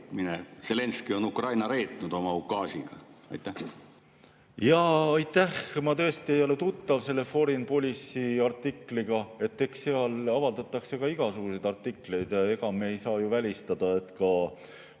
Zelenskõi on Ukraina reetnud oma ukaasiga. Aitäh! Ma ei ole tõesti tuttav selle Foreign Policy artikliga. Eks seal avaldatakse ka igasuguseid artikleid. Ega me ei saa ju välistada, et ka